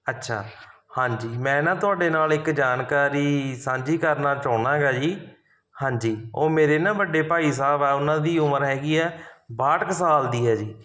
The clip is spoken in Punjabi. ਅੱਛਾ ਹਾਂਜੀ ਮੈਂ ਨਾ ਤੁਹਾਡੇ ਨਾਲ ਇੱਕ ਜਾਣਕਾਰੀ ਸਾਂਝੀ ਕਰਨਾ ਚਾਹੁੰਦਾ ਗਾ ਜੀ ਹਾਂਜੀ ਉਹ ਮੇਰੇ ਨਾ ਵੱਡੇ ਭਾਈ ਸਾਹਿਬ ਆ ਉਹਨਾਂ ਦੀ ਉਮਰ ਹੈਗੀ ਆ ਬਾਹਠ ਕੁ ਸਾਲ ਦੀ ਹੈ ਜੀ